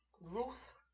Ruth